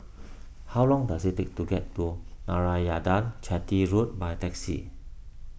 how long does it take to get to Narayanan Chetty Road by taxi